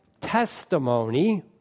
testimony